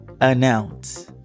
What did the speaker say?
announce